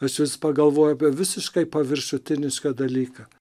aš vis pagalvoju apie visiškai paviršutinišką dalyką